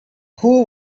who